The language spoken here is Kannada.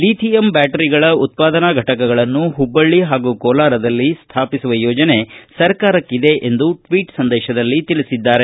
ಲಿಥಿಯಂ ಬ್ಯಾಟರಿಗಳ ಉತ್ಪಾದನಾ ಫೆಟಕಗಳನ್ನು ಹುಬ್ಬಳ್ಳ ಹಾಗೂ ಕೋಲಾರದಲ್ಲಿ ಸ್ಥಾಪಿಸುವ ಯೋಜನೆ ಸರ್ಕಾರಕ್ಕಿದೆ ಎಂದು ಟ್ವೀಟ್ ಸಂದೇಶದಲ್ಲಿ ತಿಳಿಸಿದ್ದಾರೆ